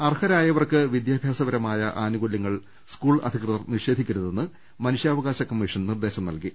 അർഹരായവർക്ക് വിദ്യാഭ്യാസപരമായ ആനു കൂലൃങ്ങൾ സ്കൂൾ അധികൃതർ നിഷേധിക്കരുതെന്ന് മനുഷ്യാവകാശ കമ്മീഷൻ നിർദ്ദേശം നൽകി